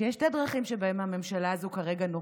שיש שתי דרכים שהממשלה הזו כרגע נוקטת: